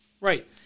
Right